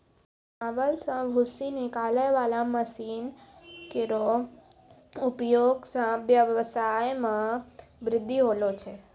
चावल सें भूसी निकालै वाला मसीन केरो उपयोग सें ब्यबसाय म बृद्धि होलो छै